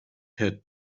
had